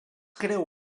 creu